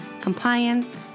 compliance